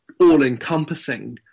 all-encompassing